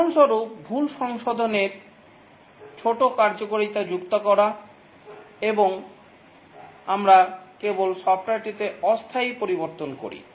উদাহরণস্বরূপ ভুল সংশোধন ছোট কার্যকারিতা যুক্ত করা এবং আমরা কেবল সফ্টওয়্যারটিতে অস্থায়ী পরিবর্তন করি